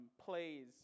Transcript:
plays